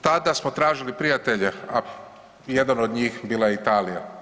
Tada smo tražili prijatelje, a jedan od njih je bila i Italija.